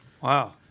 Wow